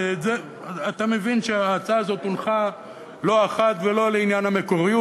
אתה מבין שההצעה הזאת הונחה לא אחת ולא לעניין המקוריות.